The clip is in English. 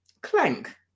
Clank